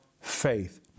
faith